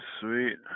Sweet